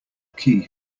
key